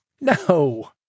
no